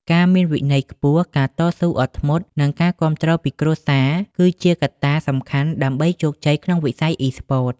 ការមានវិន័យខ្ពស់ ការតស៊ូអត់ធ្មត់ និងការគាំទ្រពីគ្រួសារ គឺជាកត្តាសំខាន់ដើម្បីជោគជ័យក្នុងវិស័យអុីស្ព័ត។